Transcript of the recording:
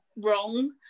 wrong